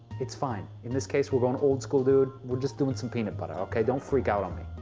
it's fine. in this case we're going old school dude. we're just doing some peanut butter, okay? don't freak out on me.